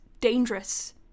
dangerous